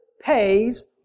pays